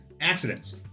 Accidents